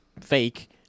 fake